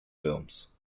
films